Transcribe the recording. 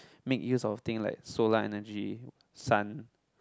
make years of thing like solar energy sun